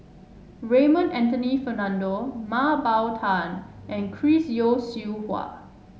Raymond Anthony Fernando Mah Bow Tan and Chris Yeo Siew Hua